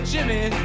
Jimmy